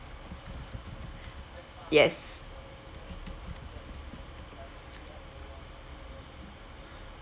yes